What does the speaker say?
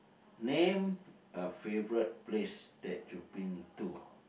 name a favourite place that you've been to